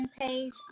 page